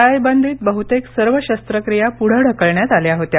टाळेबंदीत बहुतेक सर्व शस्त्रक्रिया पुढे ढकलण्यात आल्या होत्या